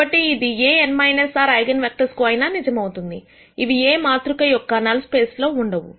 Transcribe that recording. కాబట్టి ఇది ఏ n r ఐగన్ వెక్టర్స్ కు అయినా నిజమవుతుంది ఇవి A మాతృక నల్ స్పేస్ లో ఉండవు